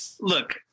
look